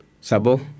Sabo